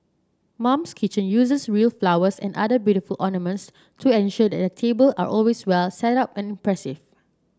mum's Kitchen uses real flowers and other beautiful ornaments to ensure that their table are always well setup and impressive